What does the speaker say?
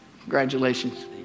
Congratulations